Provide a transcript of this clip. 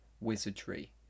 wizardry